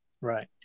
Right